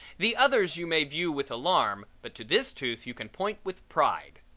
the others you may view with alarm, but to this tooth you can point with pride.